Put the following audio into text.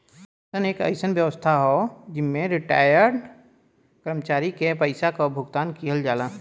pension एक अइसन व्यवस्था हौ जेमन रिटार्यड कर्मचारी के पइसा क भुगतान किहल जाला